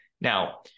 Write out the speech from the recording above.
Now